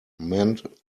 mend